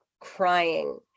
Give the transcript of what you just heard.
crying